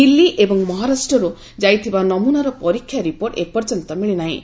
ଦିଲ୍ଲୀ ଏବଂ ମହାରାଷ୍ଟ୍ରରୁ ଯାଇଥିବା ନମୁନାର ପରୀକ୍ଷା ରିପୋର୍ଟ ଏପର୍ଯ୍ୟନ୍ତ ମିଳି ନାହିଁ